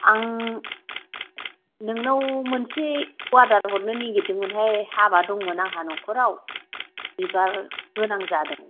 आं नोंनाव मोनसे अर्डार हरनो नागिरदोंमोन हाय हाबा दंमोन आंहा नखराव बिबार गोनां जादों